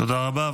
תודה רבה.